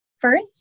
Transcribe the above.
First